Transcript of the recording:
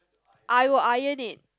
I will iron it